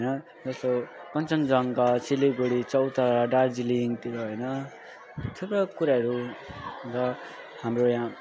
हैन जस्तो कन्चनजङ्गा सिलिगुडी चौतरा दार्जिलिङतिर हैन थुप्रो कुराहरू र हाम्रो यहाँ